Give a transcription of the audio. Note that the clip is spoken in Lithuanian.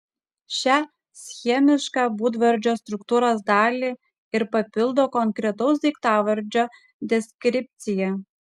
šią schemišką būdvardžio struktūros dalį ir papildo konkretaus daiktavardžio deskripcija